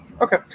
Okay